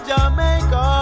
Jamaica